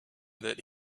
that